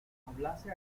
hablase